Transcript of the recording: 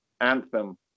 Anthem